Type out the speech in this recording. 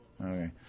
Okay